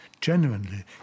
genuinely